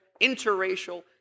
interracial